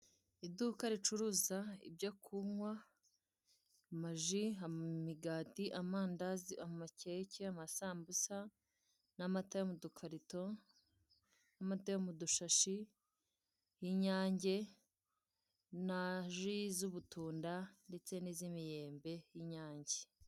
Iduka ricuruza ibyo kunywa ama ji, imigati, amandazi, amacake, amasambusa n'amata yo mu dukarito n'amata yo mu dushashi y'inyange na ji z'udutunda ndetse n'iz'imyembe y'inyange.